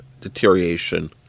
deterioration